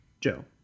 joe